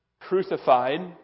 crucified